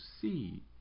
see